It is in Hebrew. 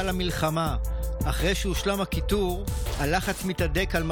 התשפ"ד 2024,